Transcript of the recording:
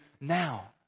now